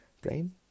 Brain